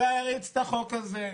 תריץ את החוק הזה,